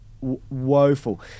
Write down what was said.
woeful